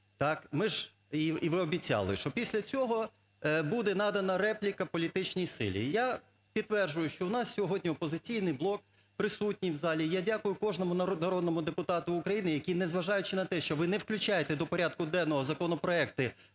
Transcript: ми ж… І ви обіцяли, що після цього буде надана репліка політичній силі. Я підтверджую, що в нас сьогодні "Опозиційний блок" присутній в залі. Я дякую кожному народному депутату України, які не зважаючи на те, що ви не включаєте до порядку денного законопроекти